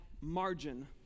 margin